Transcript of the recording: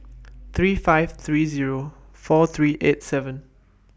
three five three Zero four three eight seven